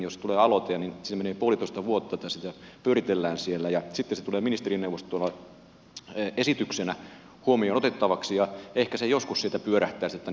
jos tulee aloite niin siinä menee puolitoista vuotta että sitä pyöritellään siellä ja sitten se tulee ministerineuvostolle esityksenä huomioon otettavaksi ja ehkä se joskus siitä pyörähtää sitten tänne eduskuntaan